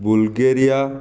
Bulgaria